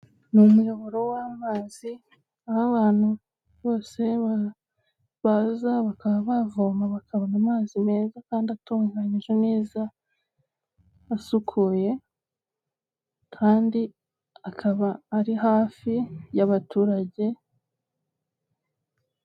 Ni umuyoboro w'amazi aho abantu bose baza bakaba bavoma bakabona amazi meza kandi atunganyije neza asukuye kandi akaba ari hafi y'abaturage.